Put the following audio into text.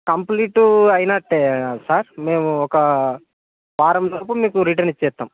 complete అయినట్టే sir మేము ఒక వారంలోపు మీకు రిటర్న్ ఇచ్చేస్తాము